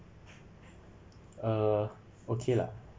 uh okay lah